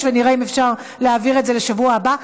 ונראה אם אפשר להעביר את זה לשבוע הבא.